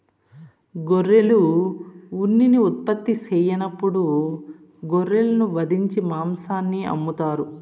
గొర్రెలు ఉన్నిని ఉత్పత్తి సెయ్యనప్పుడు గొర్రెలను వధించి మాంసాన్ని అమ్ముతారు